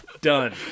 done